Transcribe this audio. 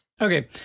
Okay